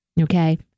Okay